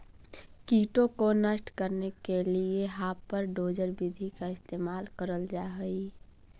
कीटों को नष्ट करने के लिए हापर डोजर विधि का इस्तेमाल करल जा हई